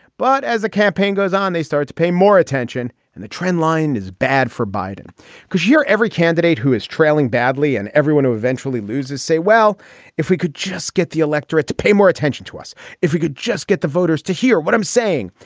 but as the campaign goes on they start to pay more attention. and the trend line is bad for biden because you hear every candidate who is trailing badly and everyone who eventually loses say well if we could just get the electorate to pay more attention to us if we could just get the voters to hear what i'm saying.